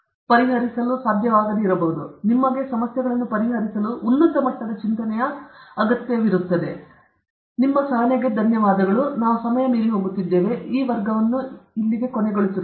ಆದ್ದರಿಂದ ನಿಮಗೆ ಸಮಸ್ಯೆಗಳನ್ನು ಪರಿಹರಿಸಲು ಉನ್ನತ ಮಟ್ಟದ ಚಿಂತನೆಯ ಅಗತ್ಯವಿರುತ್ತದೆ